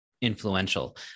influential